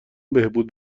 بهبود